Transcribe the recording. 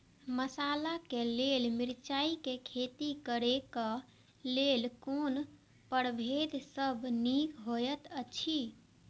मसाला के लेल मिरचाई के खेती करे क लेल कोन परभेद सब निक होयत अछि?